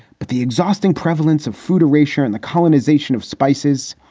but the exhausting prevalence of food ratio and the colonization of spices.